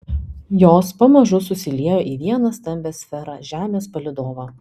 jos pamažu susiliejo į vieną stambią sferą žemės palydovą